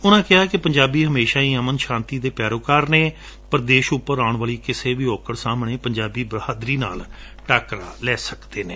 ਉਨਾ ਕਿਹਾ ਕਿ ਪੰਜਾਬੀ ਹਮੇਸ਼ਾ ਹੀ ਅਮਨ ਸ਼ਾਤੀ ਦੇ ਪੈਰੋਕਾਰ ਨੇ ਪਰ ਦੇਸ਼ ਉਪਰ ਆਉਣ ਵਾਲੀ ਕਿਸੇ ਵੀ ਔਕੜ ਸਾਹਮਣੇ ਪੰਜਾਬੀ ਬਹਾਦਰੀ ਨਾਲ ਟਾਕਰਾ ਲੈ ਸਕਦੇ ਨੇ